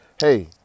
Hey